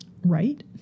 right